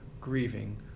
grieving